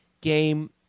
game